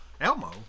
Elmo